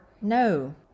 No